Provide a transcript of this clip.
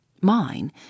mine